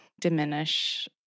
diminish